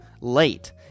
Late